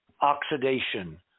oxidation